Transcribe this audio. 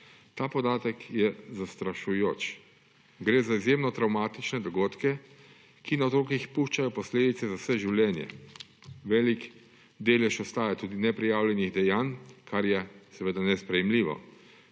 Ta podatek je zastrašujoč. Gre za izjemno travmatične dogodke, ki na otrocih puščajo posledice za vse življenje. Velik ostaja tudi delež neprijavljenih dejanj, ker je seveda nesprejemljivo.